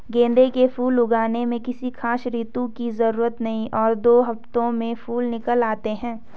गेंदे के फूल उगाने में किसी खास ऋतू की जरूरत नहीं और दो हफ्तों में फूल निकल आते हैं